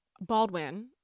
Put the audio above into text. Baldwin